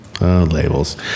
labels